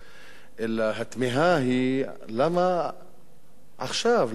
אלא התמיהה היא למה עכשיו,